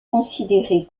considéré